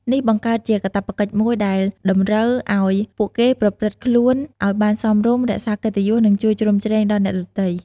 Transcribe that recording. នេះបង្កើតជាកាតព្វកិច្ចមួយដែលតម្រូវឱ្យពួកគេប្រព្រឹត្តខ្លួនឱ្យបានសមរម្យ រក្សាកិត្តិយស និងជួយជ្រោមជ្រែងដល់អ្នកដទៃ។